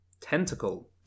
Tentacle